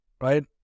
right